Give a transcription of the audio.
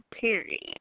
period